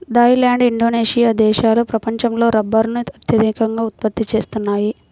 Thai land, Indonesia దేశాలు ప్రపంచంలో రబ్బరును అత్యధికంగా ఉత్పత్తి చేస్తున్నాయి